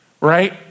right